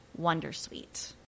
Wondersuite